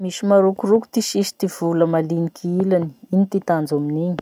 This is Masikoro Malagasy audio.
Misy marokoroko ty sisy ty vola maliniky ilany. Ino ty tanjo amin'igny?